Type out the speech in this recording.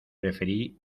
preferí